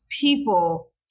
people